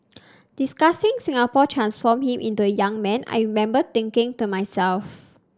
discussing Singapore transformed him into a young man I remember thinking to myself